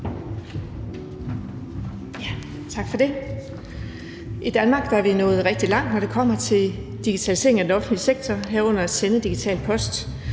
Tak for det. I Danmark er vi nået rigtig langt, når det kommer til digitaliseringen af den offentlige sektor, herunder med hensyn til at sende digital post.